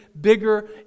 bigger